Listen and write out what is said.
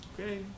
okay